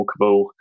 walkable